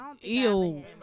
Ew